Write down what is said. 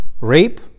rape